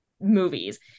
movies